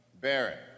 Barrett